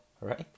right